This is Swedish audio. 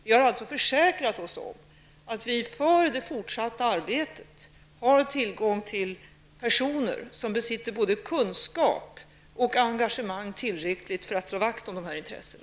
Vi har alltså försäkrat oss om att vi för det fortsatta arbetet har tillgång till personer som besitter både kunskaper och tillräckligt engagemang för att slå vakt om dessa intressen.